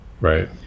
Right